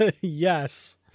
Yes